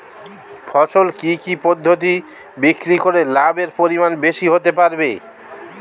ফসল কি কি পদ্ধতি বিক্রি করে লাভের পরিমাণ বেশি হতে পারবে?